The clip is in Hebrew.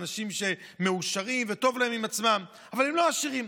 אנשים שמאושרים וטוב להם עם עצמם אבל הם לא עשירים,